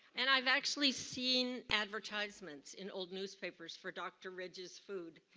and i've actually seen advertisements in old newspapers for dr. ridge's food.